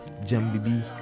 Jambibi